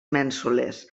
mènsules